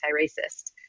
Anti-Racist